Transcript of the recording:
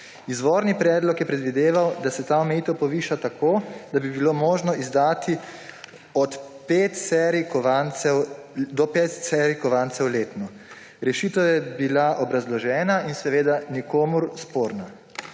Izvorni predlog je predvideval, da se ta omejitev poviša tako, da bi bilo možno izdati do pet serij kovancev letno. Rešitev je bila obrazložena in seveda nikomur sporna.